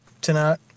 tonight